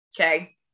Okay